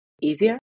easier